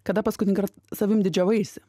kada paskutinį kart savim didžiavaisi